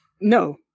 No